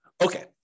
Okay